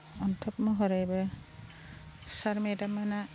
अन्थोब महरैबो सार मेडाममोना